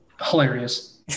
hilarious